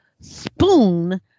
spoon